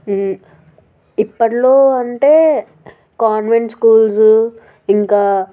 ఇప్పట్లో అంటే convent schools ఇంకా